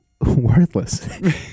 worthless